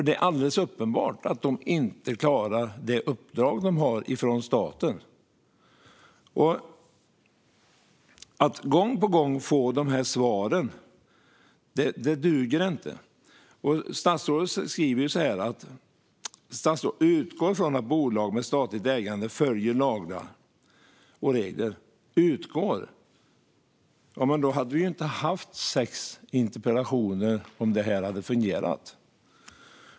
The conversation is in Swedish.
Det är alldeles uppenbart att de inte klarar det uppdrag de har från staten. Att gång på gång få de här svaren duger inte. Statsrådet säger i sitt interpellationssvar: "Jag utgår från att bolag med statligt ägande följer lagar och regler." Utgår? Vi hade inte haft sex interpellationer i ämnet om det hade fungerat.